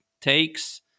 takes